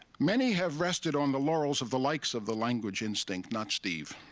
many have rested on the laurels of the likes of the language instinct, not steve.